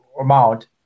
amount